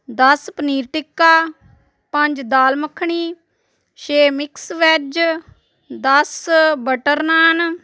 ਦਸ ਪਨੀਰ ਟਿੱਕਾ ਪੰਜ ਦਾਲ ਮੱਖਣੀ ਛੇ ਮਿਕਸ ਵੈੱਜ ਦਸ ਬਟਰ ਨਾਨ